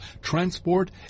transport